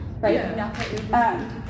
Right